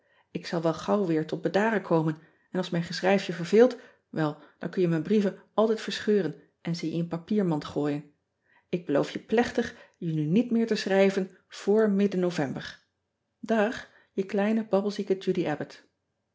k zal wel gauw weer tot bedaren komen en als mijn geschrijf je verveelt wel dan kun je mijn brieven altijd verscheuren en ze in je papiermand gooien k beloof je plechtig je nu niet meer te schrijven voor midden ovember ag e kleine